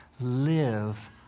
live